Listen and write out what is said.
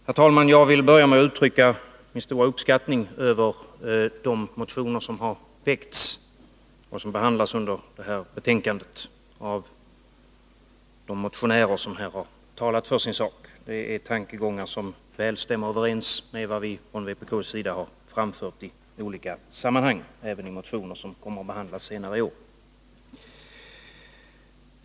Herr talman! Jag vill börja med att uttrycka min stora uppskattning av de motioner som väckts av dem som här talat för sin sak. Motionärernas tankegångar stämmer väl överens med vad vi från vpk:s sida har framfört i olika sammanhang, även i motioner som kommer att behandlas senare i år.